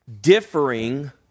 differing